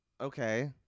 Okay